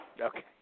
Okay